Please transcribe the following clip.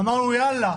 אמרנו יאללה,